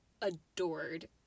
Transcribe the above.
adored